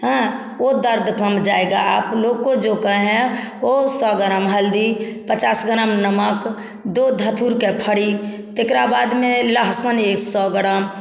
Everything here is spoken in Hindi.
हाँ वो दर्द कम जाएगा आप लोग को जो कहें हैं वो सौ ग्राम हल्दी पचास ग्राम नमक दो धतूरे के फड़ी तेकरा बाद में लहसुन एक सौ ग्राम